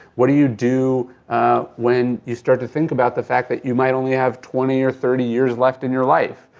what do you do when you start to think about the fact that you might only have twenty or thirty years left in your life?